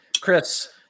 Chris